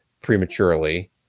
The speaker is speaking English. prematurely